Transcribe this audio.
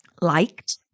liked